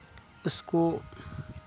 उसको